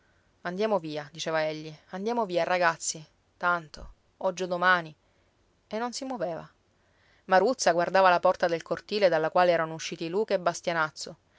andiamo via diceva egli andiamo via ragazzi tanto oggi o domani e non si muoveva maruzza guardava la porta del cortile dalla quale erano usciti luca e bastianazzo